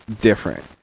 different